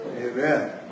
Amen